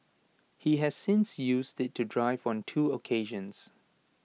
he has since used IT to drive on two occasions